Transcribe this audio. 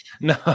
No